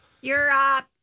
Europe